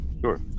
Sure